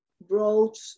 brought